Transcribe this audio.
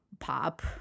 Pop